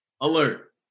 Alert